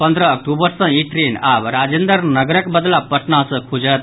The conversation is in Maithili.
पंद्रह अक्टूबर सॅ ई ट्रेन आब राजेन्द्र नगरक बदला पटना सॅ खुजत